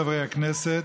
חברי הכנסת,